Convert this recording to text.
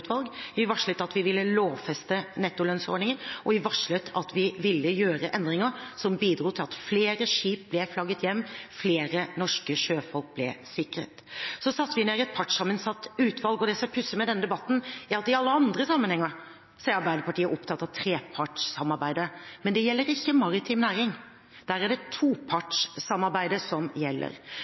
vi varslet at vi ville lovfeste nettolønnsordningen, og vi varslet at vi ville gjøre endringer som bidro til at flere skip ble flagget hjem, at flere norske sjøfolk ble sikret. Så satte vi ned et partssammensatt utvalg. Det som er pussig med denne debatten, er at i alle andre sammenhenger er Arbeiderpartiet opptatt av trepartssamarbeidet, men det gjelder ikke maritim næring; der er det topartssamarbeidet som gjelder.